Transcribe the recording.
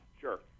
sure